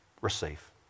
receive